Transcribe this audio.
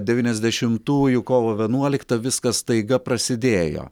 devyniasdešimtųjų kovo vienuoliktą viskas staiga prasidėjo